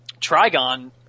Trigon